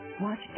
watch